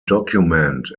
document